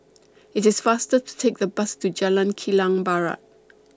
IT IS faster to Take The Bus to Jalan Kilang Barat